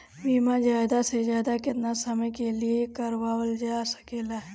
बीमा ज्यादा से ज्यादा केतना समय के लिए करवायल जा सकेला?